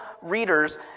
readers